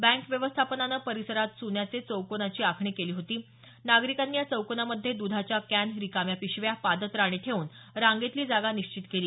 bank व्यवस्थापनानं परिसरात चुन्याने चौकोनाची आखणी केली होती नागरिकांनी या चौकोनामध्ये दधाच्या कॅन रिकाम्या पिशव्या पादत्राणे ठेऊन रांगेतली जागा निश्चित केली